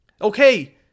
okay